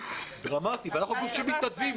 ואנחנו גוף של ‏מתנדבים,